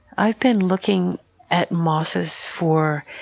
i've been looking at mosses for,